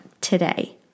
today